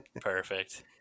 Perfect